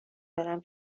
برم